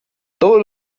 todos